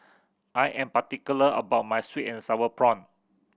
I am particular about my sweet and Sour Prawns